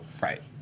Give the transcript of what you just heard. Right